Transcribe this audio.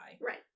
Right